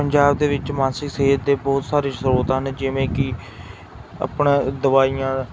ਪੰਜਾਬ ਦੇ ਵਿੱਚ ਮਾਨਸਿਕ ਸਿਹਤ ਦੇ ਬਹੁਤ ਸਾਰੇ ਸਰੋਤ ਹਨ ਜਿਵੇਂ ਕਿ ਆਪਣੀਆਂ ਦਵਾਈਆਂ